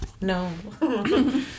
no